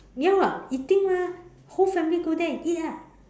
ya [what] eating mah whole family go there and eat ah